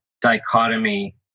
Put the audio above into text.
dichotomy